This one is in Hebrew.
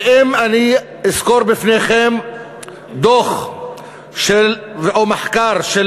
ואם אני אסקור בפניכם דוח או מחקר של